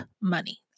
money